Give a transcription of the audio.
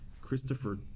Christopher